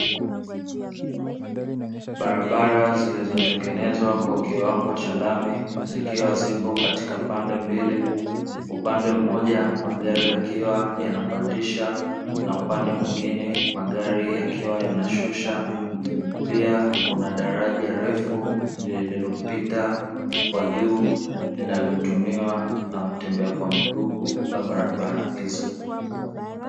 Barabara zilizotengenezwa kwa kiwango cha lami, zikiwa zipo katika pande mbili, upande mmoja magari yakiwa yanapandisha, na upande mwingine magari yakiwa yanashusha. Pia kuna daraja refu, lililopita kwa juu linalotumiwa na watembea kwa miguu kuvuka barabara hizo.